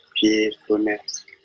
peacefulness